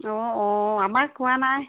অঁ অঁ আমাৰ খোৱা নাই